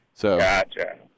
Gotcha